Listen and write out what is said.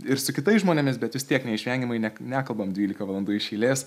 ir su kitais žmonėmis bet vis tiek neišvengiamai nek nekalbame dvylika valandų iš eilės